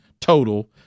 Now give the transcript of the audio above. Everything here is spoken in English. total